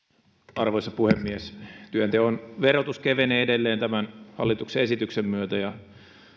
arvoisa puhemies työnteon verotus kevenee edelleen tämän hallituksen esityksen myötä ja